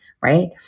right